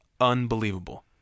unbelievable